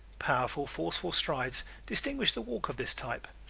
powerful, forceful strides distinguish the walk of this type.